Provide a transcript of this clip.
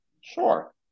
Sure